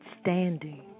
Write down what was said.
standing